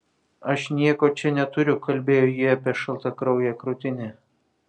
aš nieko čia neturiu kalbėjo ji apie šaltakrauję krūtinę